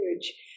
huge